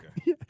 Okay